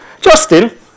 Justin